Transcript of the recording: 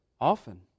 often